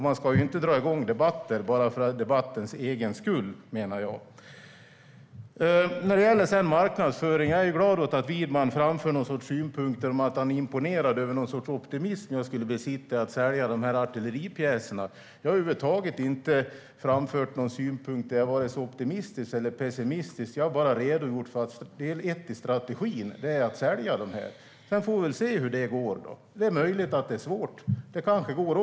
Man ska inte dra igång debatter bara för debatternas egen skull, menar jag. När det gäller marknadsföring är jag glad åt att Widman framför att han är imponerad över någon sorts optimism jag skulle besitta beträffande försäljning av de här artilleripjäserna. Jag har dock över huvud taget inte framfört någon synpunkt där jag varit så optimistisk eller pessimistisk. Jag har bara redogjort för att del ett i strategin är att sälja dem. Sedan får vi väl se hur det går. Det är möjligt att det är svårt, men det kanske går.